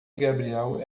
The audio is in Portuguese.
gabriel